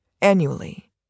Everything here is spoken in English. annually